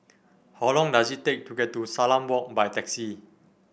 how long does it take to get to Salam Walk by taxi